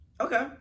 Okay